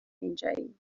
اینجایی